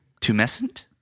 Tumescent